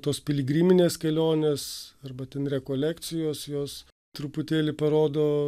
tos piligriminės kelionės arba ten rekolekcijos jos truputėlį parodo